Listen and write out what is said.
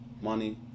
money